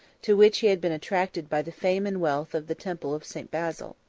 to which he had been attracted by the fame and wealth of the temple of st. basil.